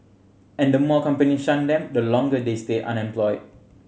and the more company shun them the longer they stay unemployed